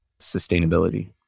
sustainability